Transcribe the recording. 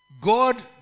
God